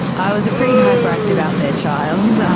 i was a pretty hyperactive, out-there child,